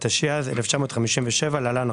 התשי"ז-1957 (להלן,